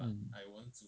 mm